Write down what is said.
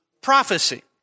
Prophecy